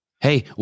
Hey